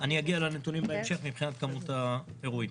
אגיע לנתונים בהמשך מבחינת כמות האירועים.